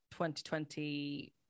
2020